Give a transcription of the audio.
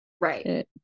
right